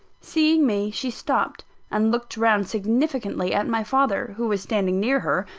seeing me, she stopped and looked round significantly at my father, who was standing near her,